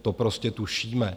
To prostě tušíme.